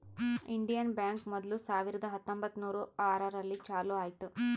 Indian Bank ಮೊದ್ಲು ಸಾವಿರದ ಹತ್ತೊಂಬತ್ತುನೂರು ಆರು ರಲ್ಲಿ ಚಾಲೂ ಆಯ್ತು